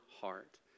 heart